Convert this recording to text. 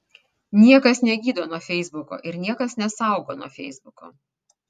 niekas negydo nuo feisbuko ir niekas nesaugo nuo feisbuko